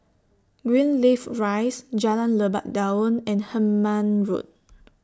Greenleaf Rise Jalan Lebat Daun and Hemmant Road